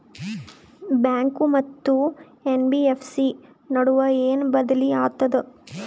Bank ಮತ್ತ NBFC ನಡುವ ಏನ ಬದಲಿ ಆತವ?